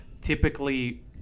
typically